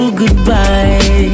goodbye